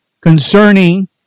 concerning